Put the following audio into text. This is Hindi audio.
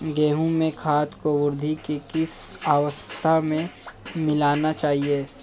गेहूँ में खाद को वृद्धि की किस अवस्था में मिलाना चाहिए?